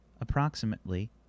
approximately